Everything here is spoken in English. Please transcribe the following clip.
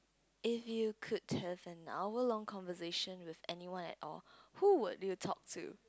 if you could have an hour long conversation with anyone at all who would you talk to